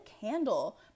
candle